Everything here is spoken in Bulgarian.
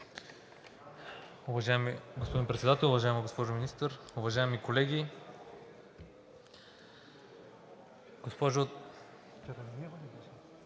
Уважаеми господин Председател, уважаема госпожо Министър, уважаеми колеги! Госпожо